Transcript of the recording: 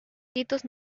hitos